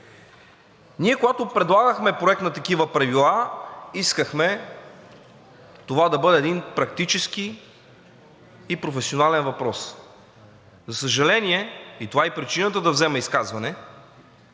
Ние, когато предлагахме Проект на такива правила, искахме това да бъде един практически и професионален въпрос. За съжаление – и това е и причината да взема изказване,